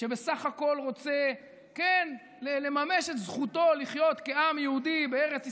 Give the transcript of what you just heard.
שבסך הכול רוצה לממש את זכותו לחיות כעם יהודי בארץ ישראל,